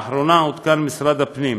באחרונה עודכן משרד הפנים